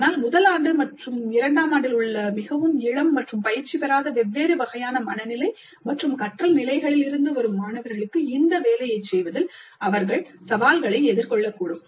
ஆனால் முதல் ஆண்டு அல்லது இரண்டாம் ஆண்டில் மிகவும் இளம் மற்றும் பயிற்சி பெறாத வெவ்வேறு வகையான மனநிலை மற்றும் கற்றல் நிலைகளிலிருந்து வரும் மாணவர்களுக்கு இந்த வேலையைச் செய்வதில் அவர்கள் சவால்களை எதிர்கொள்ளக்கூடும்